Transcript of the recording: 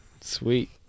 Sweet